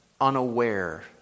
unaware